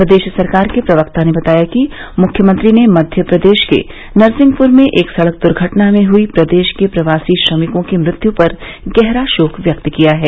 प्रदेश सरकार के प्रवक्ता ने बताया कि मुख्यमंत्री ने मध्य प्रदेश के नरसिंहपुर में एक सड़क दूर्घटना में हई प्रदेश के प्रवासी श्रमिकों की मृत्यू पर गहरा शोक व्यक्त किया है